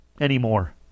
anymore